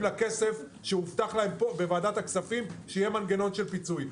לכסף שהובטח להם פה בוועדת הכספים שיהיה מנגנון של פיצוי.